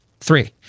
Three